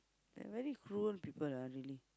very cruel people ah really